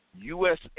USA